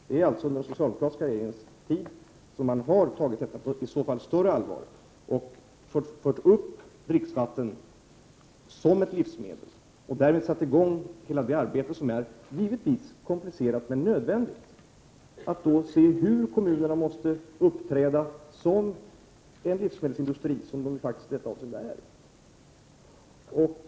Det är under den socialdemokratiska regeringens tid som man har tagit detta på större allvar och fört upp dricksvattnet bland livsmedlen. Därmed har man satt i gång hela arbetet, vilket givetvis är komplicerat men nödvändigt, med att se hur kommunerna måste uppträda i den roll som livsmedelsindustri som de i detta avseende faktiskt har.